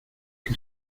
que